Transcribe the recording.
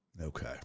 Okay